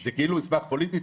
זה כאילו מסמך פוליטי?